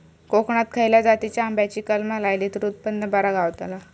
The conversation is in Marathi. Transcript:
कोकणात खसल्या जातीच्या आंब्याची कलमा लायली तर उत्पन बरा गावताला?